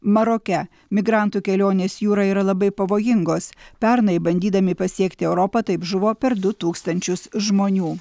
maroke migrantų kelionės jūra yra labai pavojingos pernai bandydami pasiekti europą taip žuvo per du tūkstančius žmonių